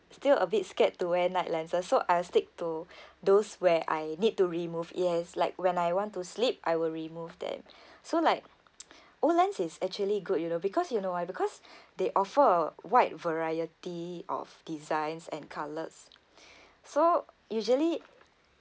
still a bit scared to wear night lenses so I'll stick to those where I need to remove yes like when I want to sleep I will remove them so like Olens is actually good you know because you know why because they offer a wide variety of designs and colours so usually